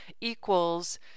equals